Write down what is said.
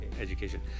education